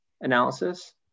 analysis